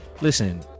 listen